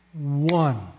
one